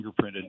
fingerprinted